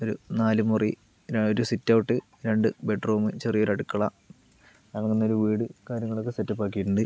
ഒരു നാല് മുറി പിന്നെ ഒരു സിറ്റ് ഔട്ട് രണ്ട് ബെഡ്റൂം ചെറിയൊരു അടുക്കള അങ്ങനന്നൊരു വീട് കാര്യങ്ങളൊക്കെ സെറ്റപ്പ് ആക്കീട്ടുണ്ട്